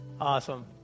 Awesome